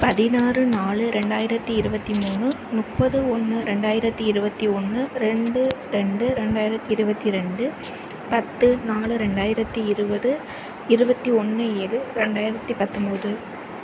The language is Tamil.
பதினாறு நாலு ரெண்டாயிரத்து இருபத்தி மூணு முப்பது ஒன்று ரெண்டாயிரத்து இருபத்தி ஒன்று ரெண்டு ரெண்டு ரெண்டாயிரத்து இருபத்தி ரெண்டு பத்து நாலு ரெண்டாயிரத்து இருபது இருபத்தி ஒன்று ஏழு ரெண்டாயிரத்து பத்தொம்பது